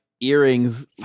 earrings